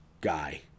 guy